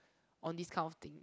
on this kind of thing